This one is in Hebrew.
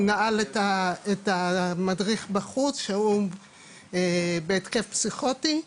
הוא נעל את המדריך בחוץ כשהוא בהתקף פסיכוטי,